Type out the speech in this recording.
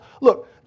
look